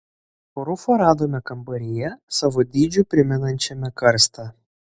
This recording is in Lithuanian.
rufą radome kambaryje savo dydžiu primenančiame karstą